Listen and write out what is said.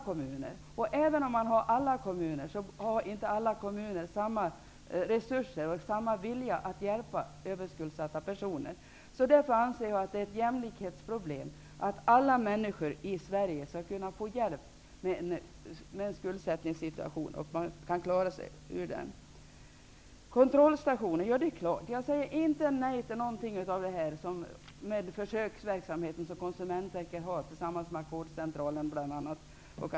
Men även om det skulle gälla alla kommuner, har inte alla kommuner lika stora resurser och lika stor vilja att hjälpa överskuldsatta personer. Därför anser jag att detta är ett jämlikhetsproblem. Alla människor i Sverige skall kunna få hjälp i en skuldsättningssituation. Man skall få hjälp med att klara sig ur en sådan situation. Jag säger inte nej till kontrollstationer. Jag säger inte nej till någonting som rör den försöksverksamhet som Konsumentverket driver tillsammans med Ackordscentralen och andra institut.